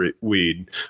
weed